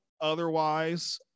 otherwise